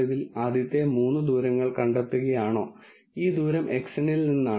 ഇത് ഒരു quadratic functional രൂപമാണെന്ന് നിങ്ങൾ അനുമാനിക്കുകയാണെങ്കിൽ നിങ്ങൾക്ക് a₀ x2 a₁ x a₂ ചെയ്യാം